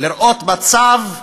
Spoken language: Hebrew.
לראות מצב,